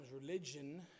religion